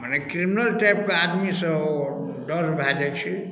माने criminal type के आदमी सब डल भए जाइ छै